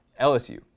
LSU